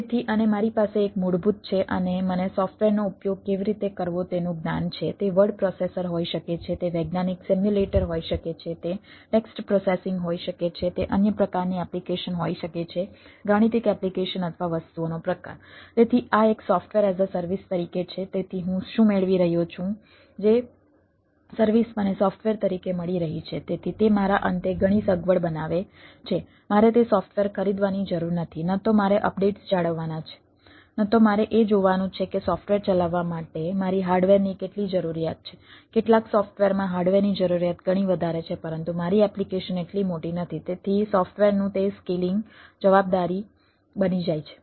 તેથી અને મારી પાસે એક મૂળભૂત છે અને મને સોફ્ટવેરનો ઉપયોગ કેવી રીતે કરવો તેનું જ્ઞાન છે તે વર્ડ પ્રોસેસર હોઈ શકે છે તે વૈજ્ઞાનિક સિમ્યુલેટર હોઈ શકે છે તે ટેક્સ્ટ પ્રોસેસિંગ જવાબદારી બની જાય છે